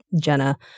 Jenna